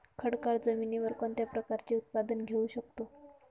खडकाळ जमिनीवर कोणत्या प्रकारचे उत्पादन घेऊ शकतो?